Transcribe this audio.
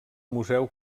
museu